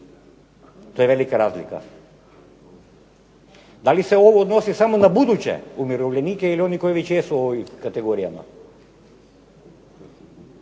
To je velika razlika. Da li se ovo odnosi samo na buduće umirovljenike ili one koji već jesu u ovim kategorijama?